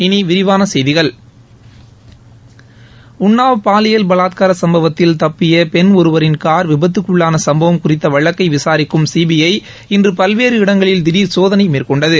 இனி விரிவான செய்திகள் உன்னாவ் பாலியல் பலாத்கார சம்பவத்தில் தப்பிய பெண் ஒருவரின் கார் விபத்துக்குள்ளான சம்பவம் குறித்த வழக்கை விசாரிக்கும் சிபிஐ இன்று பல்வேறு இடங்களில் திடீர் சோதனை மேற்கொண்டது